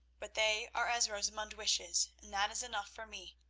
but they are as rosamund wishes, and that is enough for me.